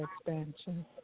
expansion